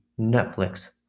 Netflix